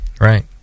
Right